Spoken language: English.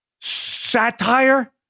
satire